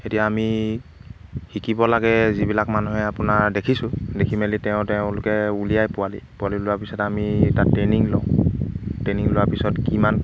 এতিয়া আমি শিকিব লাগে যিবিলাক মানুহে আপোনাৰ দেখিছোঁ দেখি মেলি তেওঁ তেওঁলোকে উলিয়ায় পোৱালি পোৱালি ওলোৱাৰ পিছত আমি তাত ট্ৰেইনিং লওঁ ট্ৰেইনিং লোৱাৰ পিছত কিমান